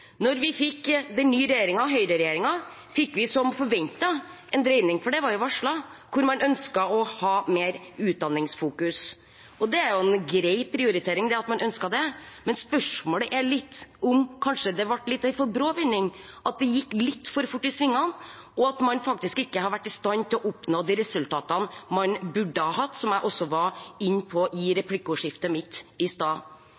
vi fikk ny regjering, høyreregjeringen, fikk vi som forventet en dreining – for det var jo varslet – hvor man ønsket å fokusere mer på utdanning. Det er en grei prioritering at man ønsket det, men spørsmålet er om det kanskje ble en litt for brå vending, at det gikk litt for fort i svingene, og at man faktisk ikke har vært i stand til å oppnå de resultatene man burde, som jeg også var inne på i